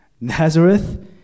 Nazareth